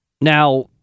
Now